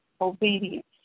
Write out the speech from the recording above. obedience